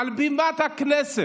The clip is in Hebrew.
על בימת הכנסת,